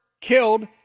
killed